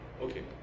Okay